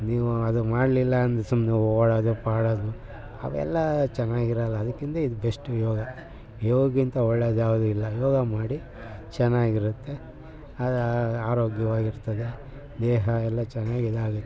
ನೀವು ಅದು ಮಾಡಲಿಲ್ಲ ಅಂದರೆ ಸುಮ್ಮನೆ ಓಡೋದು ಪಾಡೋದು ಅವೆಲ್ಲ ಚೆನ್ನಾಗಿರೋಲ್ಲ ಅದಕ್ಕಿಂತ ಇದು ಬೆಸ್ಟು ಯೋಗ ಯೋಗಕ್ಕಿಂತ ಒಳ್ಳೆಯದ್ಯಾವ್ದು ಇಲ್ಲ ಯೋಗ ಮಾಡಿ ಚೆನ್ನಾಗಿರುತ್ತೆ ಆರೋಗ್ಯವಾಗಿರ್ತದೆ ದೇಹ ಎಲ್ಲ ಚೆನ್ನಾಗಿದಾಗುತ್ತೆ